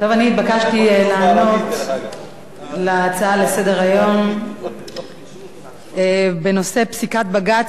התבקשתי לענות על הצעה לסדר-היום בנושא: פסיקת בג"ץ